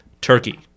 Turkey